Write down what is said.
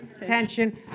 attention